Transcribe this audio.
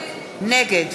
נגד